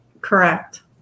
Correct